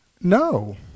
No